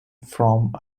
from